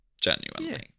Genuinely